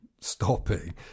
stopping